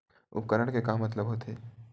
उपकरण के मतलब का होथे?